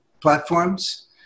platforms